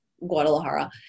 Guadalajara